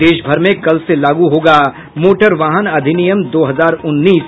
और देशभर में कल से लागू होगा मोटर वाहन अधिनियम दो हजार उन्नीस